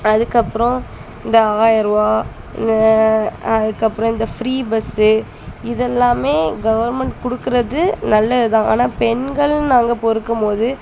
அதுக்கப்புறம் இந்த ஆயர்ருபா அதுக்கப்புறம் இந்த ஃப்ரீ பஸ்ஸு இதெல்லாமே கவர்மெண்ட் கொடுக்குறது நல்லது தான் ஆனால் பெண்கள் நாங்கள் இப்போது இருக்கும்போது